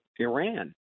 Iran